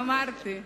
אמרתי: